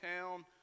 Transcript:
town